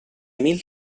mil